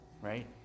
Right